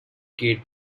gate